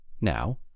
Now